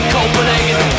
Copenhagen